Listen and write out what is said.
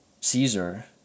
Caesar